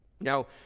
Now